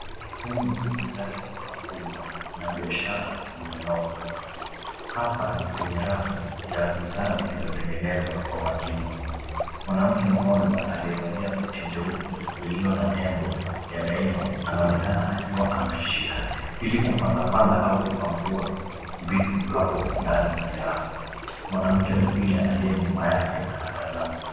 Humu ni ndani ya duka kubwa na biashara zimenoga. Hapa ni kwenye rafu ya bidhaa zilizo tengenezwa kwa maziwa. Mwanamke mmoja aliyevalia koti jeupe lililo na nembo ya daima. Anaonekana akiwa anashika ili kupanga panga au kupangua vitu hapo ndani kwenye rafu. Mwanamke mwingine aliye nyuma yake anatazama.